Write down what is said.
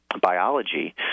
biology